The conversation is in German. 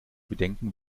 bedenken